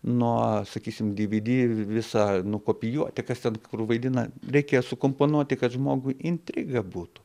nuo sakysim dy vy dy visa nukopijuoti kas ten kur vaidina reikia sukomponuoti kad žmogui intriga būtų